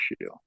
issue